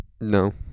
No